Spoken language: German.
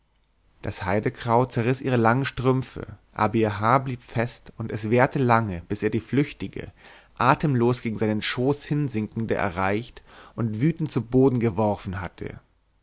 das heidekraut zerriß ihre langen strümpfe aber ihr haar blieb fest und es währte lange bis er die flüchtige atemlos gegen seinen schoß hinsinkende erreicht und wütend zu boden geworfen hatte